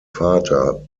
vater